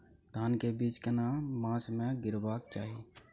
धान के बीज केना मास में गीराबक चाही?